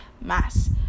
mass